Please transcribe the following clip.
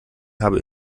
habe